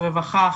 רווחה,